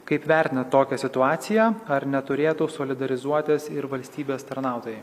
kaip vertinat tokią situaciją ar neturėtų solidarizuotis ir valstybės tarnautojai